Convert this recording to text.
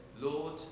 Lord